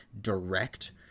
direct